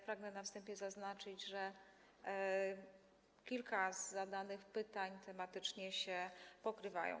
Pragnę na wstępie zaznaczyć, że kilka zadanych pytań tematycznie się pokrywa.